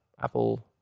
Apple